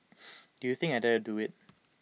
do you think I dare to do IT